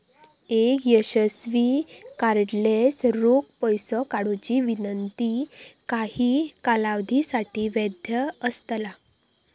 एक यशस्वी कार्डलेस रोख पैसो काढुची विनंती काही कालावधीसाठी वैध असतला